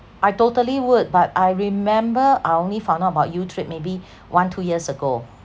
I totally would but I remember I only found out about YouTrip maybe one two years ago